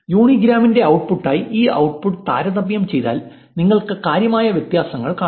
യൂണി ഗ്രാമിന്റെ ഔട്ട്പുട്ടുമായി ഈ ഔട്ട്പുട്ട് താരതമ്യം ചെയ്താൽ നിങ്ങൾക്ക് കാര്യമായ വ്യത്യാസങ്ങൾ കാണാം